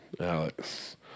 Alex